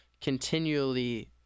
continually